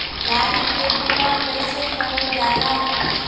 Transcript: गाड़ी के बीमा कईसे करल जाला?